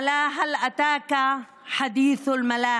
(אומרת דברים בשפה הערבית,